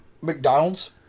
McDonald's